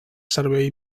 servei